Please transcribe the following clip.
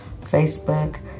Facebook